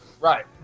Right